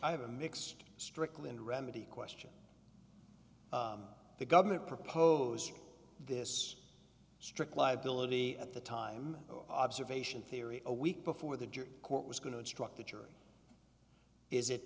i have a mixed strickland remedy question the government proposed this strict liability at the time observation theory a week before the jury court was going to instruct the jury is it